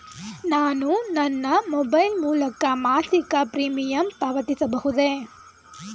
ನಾನು ನನ್ನ ಮೊಬೈಲ್ ಮೂಲಕ ಮಾಸಿಕ ಪ್ರೀಮಿಯಂ ಪಾವತಿಸಬಹುದೇ?